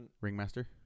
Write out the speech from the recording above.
Ringmaster